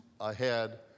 ahead